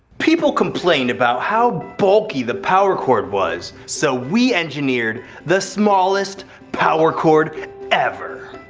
people complained about how bulky the power cord was. so we engineered the smallest power cord ever.